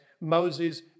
Moses